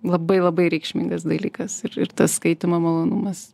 labai labai reikšmingas dalykas ir ir tas skaitymo malonumas